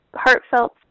heartfelt